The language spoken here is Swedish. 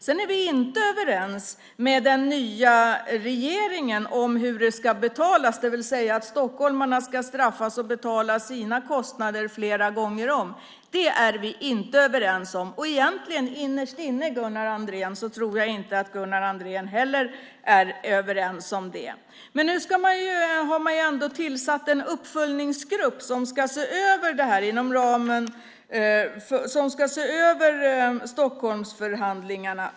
Men vi är inte överens med den nya regeringen om hur detta ska betalas, att stockholmarna ska straffas och betala sina kostnader flera gånger om. Det är vi inte överens om. Innerst inne tror jag inte att Gunnar Andrén heller är överens om det. Nu har en uppföljningsgrupp tillsatts som ska se över Stockholmsförhandlingarna.